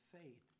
faith